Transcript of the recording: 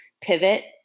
pivot